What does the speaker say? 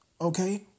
Okay